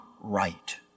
right